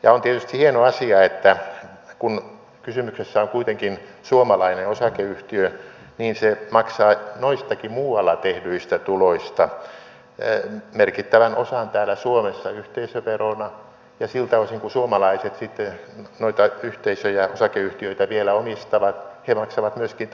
ja on tietysti hieno asia että kun kysymyksessä on kuitenkin suomalainen osakeyhtiö niin se maksaa noistakin muualla tehdyistä tuloista merkittävän osan täällä suomessa yhteisöverona ja siltä osin kun suomalaiset sitten noita yhteisöjä osakeyhtiöitä vielä omistavat he maksavat myöskin tänne osinkoveroa